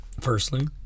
Firstly